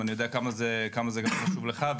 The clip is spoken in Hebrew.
אני יודע כמה זה חשוב גם לך,